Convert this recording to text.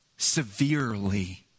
severely